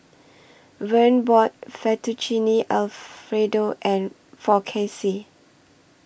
Verne bought Fettuccine Alfredo and For Casey